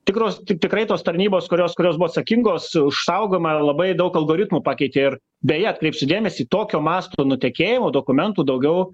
tikros tik tikrai tos tarnybos kurios kurios buvo atsakingos už saugojimą ir labai daug algoritmų pakeitė ir beje atkreipsiu dėmesį tokio masto nutekėjimo dokumentų daugiau